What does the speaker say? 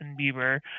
Bieber